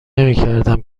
نمیکردم